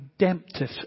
redemptive